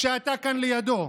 כשאתה כאן לידו,